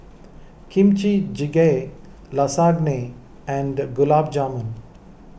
Kimchi Jjigae Lasagne and Gulab Jamun